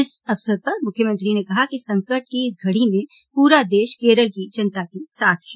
इस अवसर पर मंख्यमंत्री ने कहा कि संकट की इस घड़ी में पूरा देश केरल की जनता के साथ है